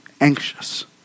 anxious